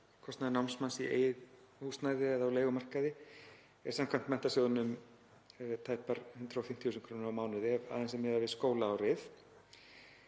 námsmanns í eigin húsnæði eða á leigumarkaði er samkvæmt Menntasjóðnum tæpar 150.000 kr. á mánuði ef aðeins er miðað við skólaárið